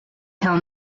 tell